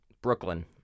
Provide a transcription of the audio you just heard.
Brooklyn